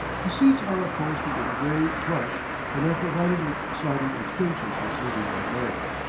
the seats are upholstered in gray plush and are provided with sliding extensions for sleeping at night.